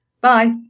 Bye